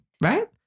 right